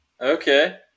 Okay